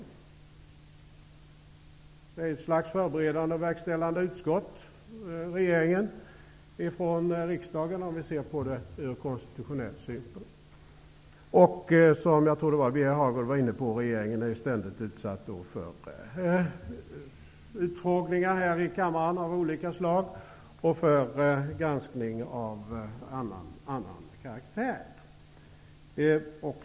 Regeringen är ett slags förberedande och verkställande utskott för riksdagen om vi ser det ur konstitutionell synpunkt. Jag tror att det var Birger Hagård som var inne på det faktum att regeringen ständigt är utsatt för utfrågningar av olika slag här i kammaren och för granskning av annan karaktär.